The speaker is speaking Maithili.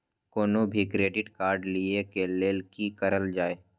कोनो भी क्रेडिट कार्ड लिए के लेल की करल जाय?